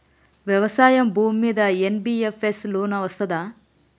వ్యవసాయం భూమ్మీద NBFS loan ఇస్తదా?